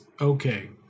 okay